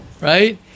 right